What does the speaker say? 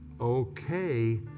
okay